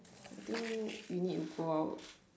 I think we need go out